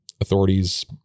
authorities